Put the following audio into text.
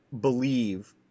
believe